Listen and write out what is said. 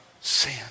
Sin